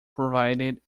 provided